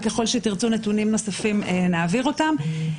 ככל שתרצו נתונים נוספים נעביר אותם.